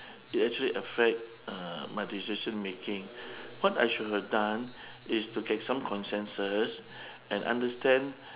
it actually affect uh my decision making what I should have done is to get some consensus and understand